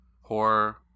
horror